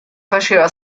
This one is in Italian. faceva